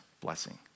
blessing